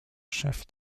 chef